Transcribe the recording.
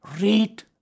Read